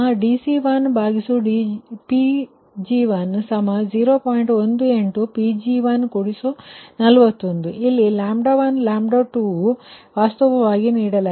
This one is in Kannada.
18 Pg141 ಇಲ್ಲಿ 1 2ನ್ನು ವಾಸ್ತವವಾಗಿ ನೀಡಲಾಗಿದೆ